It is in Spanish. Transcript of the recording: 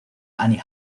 annie